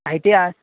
అయితే